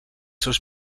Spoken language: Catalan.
seus